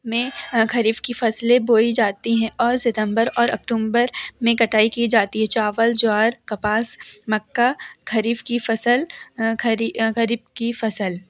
में खरीफ की फसलें बोई जाती हैं और सितंबर और अकटुम्बर में कटाई की जाती है चावल ज्वार कपास मक्का खरीफ की फसल खरीफ की फसल